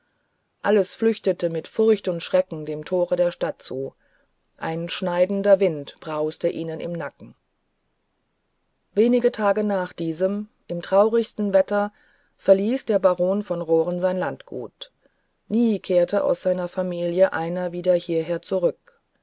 alles flüchtete mit furcht und schrecken dem tore der stadt zu ein schneidender wind sauste ihnen im nacken wenige tage nach diesem im traurigsten wetter verließ der baron von roren sein landgut nie kehrte aus seiner familie einer wieder hierher zurück